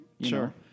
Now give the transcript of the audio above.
Sure